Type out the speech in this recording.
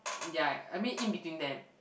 ya I mean in between them